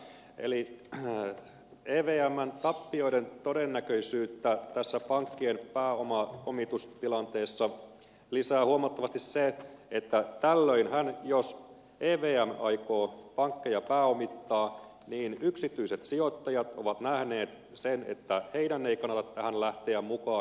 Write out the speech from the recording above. eli evmn tappioiden todennäköisyyttä tässä pankkien pääomitustilanteessa lisää huomattavasti se että tällöinhän jos evm aikoo pankkeja pääomittaa yksityiset sijoittajat ovat nähneet sen että heidän ei kannata tähän lähteä mukaan